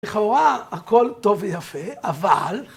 ‫לכאורה הכול טוב ויפה, אבל...